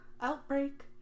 outbreak